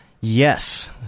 yes